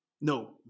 No